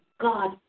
God